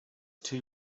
too